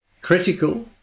critical